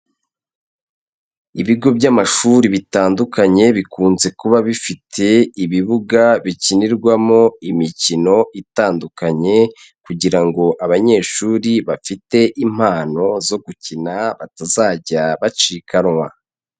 Ibigo by'amashuri bitandukanye bikunze kuba bifite ibibuga bikinirwamo imikino itandukanye kugira ngo abanyeshuri bafite impano zo gukina batazajya bacikanwa.